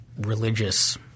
religious